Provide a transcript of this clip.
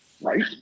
Right